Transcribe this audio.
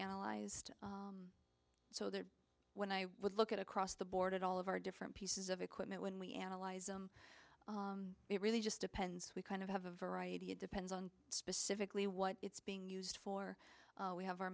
analyzed so that when i would look at across the board all of our different pieces of equipment when we analyze them it really just depends we kind of have a variety of depends on specifically what it's being used for we have our